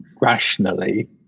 rationally